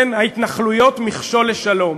כן, ההתנחלויות מכשול לשלום.